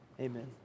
Amen